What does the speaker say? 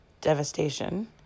devastation